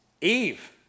Eve